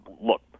look